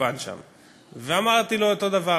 באולפן שם, אמרתי לו את אותו דבר.